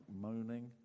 moaning